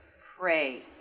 pray